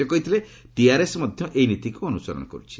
ସେ କହିଥିଲେ ଟିଆର୍ଏସ୍ ମଧ୍ୟ ଏହି ନୀତିକୁ ଅନୁସରଣ କରୁଛି